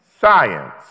science